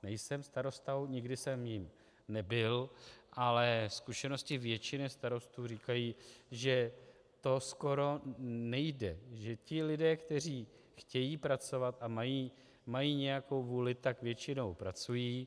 Nejsem starostou, nikdy jsem jím nebyl, ale zkušenosti většiny starostů říkají, že to skoro nejde, že ti lidé, kteří chtějí pracovat a mají nějakou vůli, tak většinou pracují.